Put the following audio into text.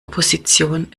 opposition